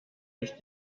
ich